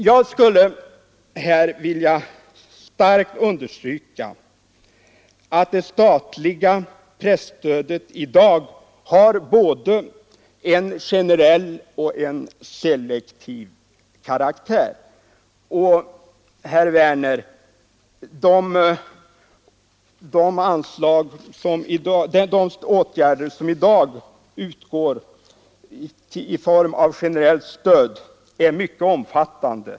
Jag skulle starkt vilja understryka att det statliga presstödet i dag är av både generell och selektiv karaktär. De åtgärder, herr Werner, som i dag har formen av generellt stöd är mycket omfattande.